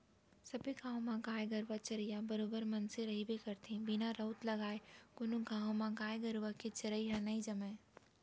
सबे गाँव म गाय गरुवा चरइया बरोबर मनसे रहिबे करथे बिना राउत लगाय कोनो गाँव म गाय गरुवा के चरई ह नई जमय